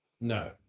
No